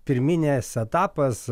pirminės etapas